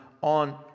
on